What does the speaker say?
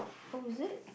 oh is it